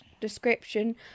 description